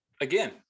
again